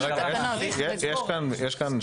אני קודם כל